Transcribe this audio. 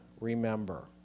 remember